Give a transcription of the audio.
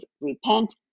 repent